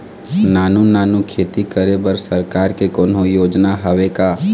नानू नानू खेती करे बर सरकार के कोन्हो योजना हावे का?